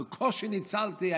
בקושי ניצלתי,